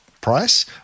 price